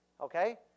Okay